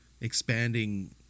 expanding